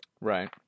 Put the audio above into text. Right